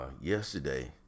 Yesterday